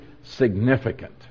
significant